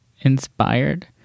inspired